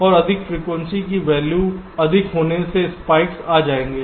और अधिक फ्रीक्वेंसी की वैल्यू अधिक होने से स्पाइक्स आ जाएंगे